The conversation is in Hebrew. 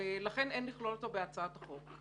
ולכן אין לכלול אותו בהצעת החוק.